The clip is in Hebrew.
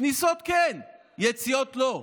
כניסות, כן, יציאות, לא.